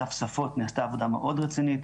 באגף שפות נעשתה עבודה מאוד רצינית.